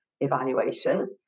evaluation